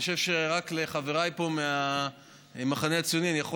אני חושב שרק לחבריי פה במחנה הציוני אני יכול